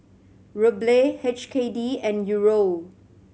Ruble H K D and Euro